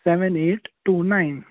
seven eight two nine